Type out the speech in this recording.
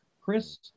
Chris